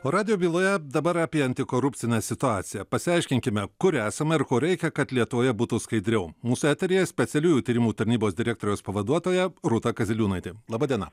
o radijo byloje dabar apie antikorupcinę situaciją pasiaiškinkime kur esame ir ko reikia kad lietuvoje būtų skaidriau mūsų eteryje specialiųjų tyrimų tarnybos direktoriaus pavaduotoja rūta kaziliūnaitė laba diena